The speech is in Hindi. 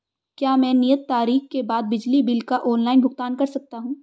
क्या मैं नियत तारीख के बाद बिजली बिल का ऑनलाइन भुगतान कर सकता हूं?